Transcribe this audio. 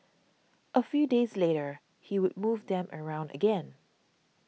a few days later he would move them around again